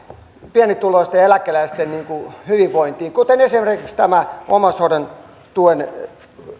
pienituloisten eläkeläisten hyvinvointia kuten esimerkiksi tämä omaishoidon tuen